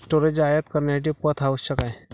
storage आयात करण्यासाठी पथ आवश्यक आहे